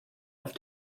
auf